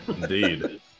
Indeed